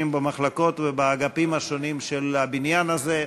במחלקות ובאגפים השונים של הבניין הזה.